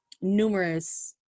numerous